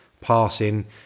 passing